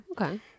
Okay